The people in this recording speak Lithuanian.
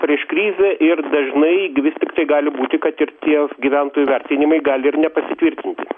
prieš krizę ir dažnai vis tiktai gali būti kad ir tie gyventojų vertinimai gali ir nepasitvirtinti